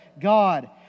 God